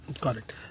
Correct